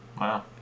Wow